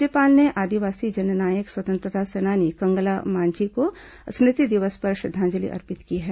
राज्यपाल ने आदिवासी जननायक स्वतंत्रता सेनानी कंगला मांझी को स्मृति दिवस पर श्रद्धांजलि अर्पित की है